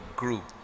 group